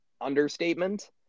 understatement